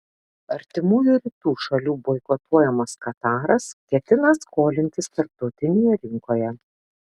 artimųjų rytų šalių boikotuojamas kataras ketina skolintis tarptautinėje rinkoje